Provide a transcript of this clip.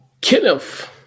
Kenneth